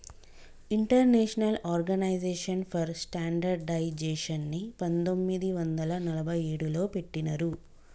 international organisation for స్టాండర్డయిజేషన్ని పంతొమ్మిది వందల నలభై ఏడులో పెట్టినరు